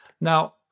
Now